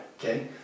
okay